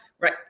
right